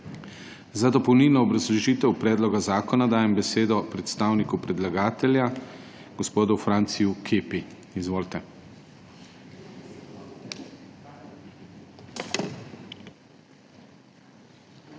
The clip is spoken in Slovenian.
Za dopolnilno obrazložitev predloga zakona dajem besedo predstavniku predlagatelja gospodu Franciju Kepi. Izvolite.